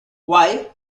why